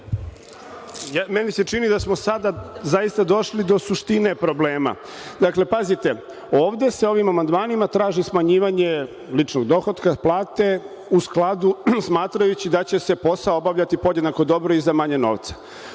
Meni se čini da smo sada zaista došli do suštine problema. Dakle, pazite, ovde se ovim amandmanima traži smanjivanje ličnog dohotka, plate, u skladu, smatrajući da će se posao obavljati podjednako dobro i za manje novca.